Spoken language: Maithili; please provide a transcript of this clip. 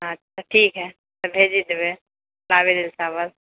अच्छा ठीक है तऽ भेजी देबय लाबै लऽ चावल